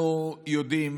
אנחנו יודעים